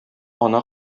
ана